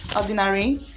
ordinary